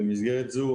במסגרת זו,